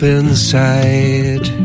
inside